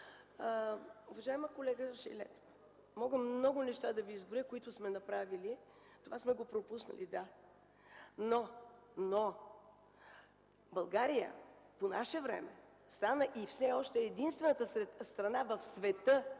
Уважаема колега Шайлекова, мога много неща да Ви изброя, които сме направили. Това сме го пропуснали – да. Но България по наше време стана и все още е единствената страна в света,